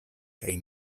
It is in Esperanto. kaj